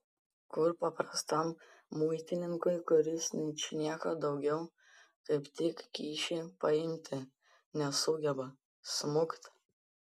kur paprastam muitininkui kuris ničnieko daugiau kaip tik kyšį paimti nesugeba smukt